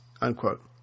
unquote